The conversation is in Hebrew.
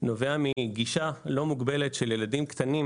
נובע מגישה לא מוגבלת של ילדים קטנים